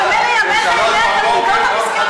ומילא ימיך, ימי התלמידות המסכנות?